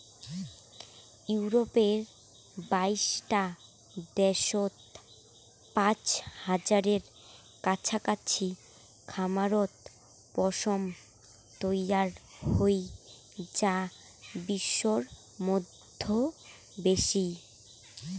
ইউরপের বাইশটা দ্যাশত পাঁচ হাজারের কাছাকাছি খামারত পশম তৈয়ার হই যা বিশ্বর মইধ্যে বেশি